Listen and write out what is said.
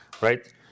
Right